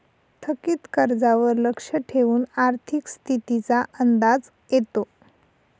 थकीत कर्जावर लक्ष ठेवून आर्थिक स्थितीचा अंदाज येतो